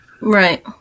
right